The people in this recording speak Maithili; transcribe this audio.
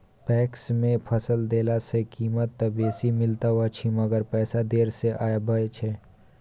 पैक्स मे फसल देला सॅ कीमत त बेसी मिलैत अछि मगर पैसा देर से आबय छै